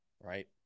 right